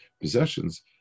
possessions